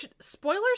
spoilers